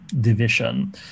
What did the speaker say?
division